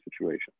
situation